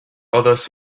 others